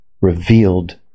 revealed